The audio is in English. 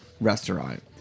restaurant